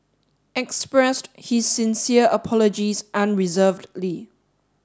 expressed his sincere apologies unreservedly